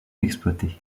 exploité